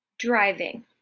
Driving